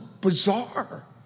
bizarre